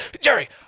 Jerry